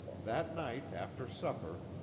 that night after supper,